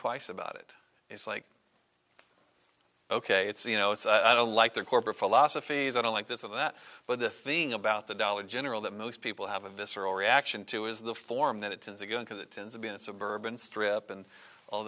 twice about it it's like ok it's you know it's like their corporate philosophy is i don't like this or that but the thing about the dollar general that most people have a visceral reaction to is the form that it tends to go because it tends to be in suburban strip and all